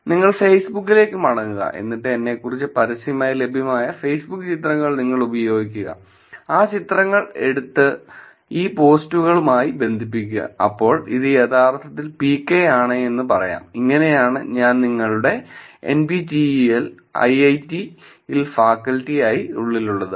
നിങ്ങൾ ഫേസ്ബുക്കിലേക്ക് മടങ്ങുകഎന്നിട്ട് എന്നെക്കുറിച്ച് പരസ്യമായി ലഭ്യമായ ഫേസ്ബുക്ക് ചിത്രങ്ങൾ നിങ്ങൾ ഉപയോഗിക്കുക ആ ചിത്രങ്ങൾ എടുത്ത് ഈ പോസ്റ്റുകളുമായി ബന്ധിപ്പിക്കുക അപ്പോൾ ഇത് യഥാർത്ഥത്തിൽ പികെ ആണെന്ന് പറയാം ഇങ്ങനെയാണ് ഞാൻ നിങ്ങളുടെ NPTEL IIIT ഇൽ ഫാക്കൽറ്റി ആയി ഉള്ളിലുള്ളത്